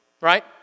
right